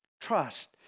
Trust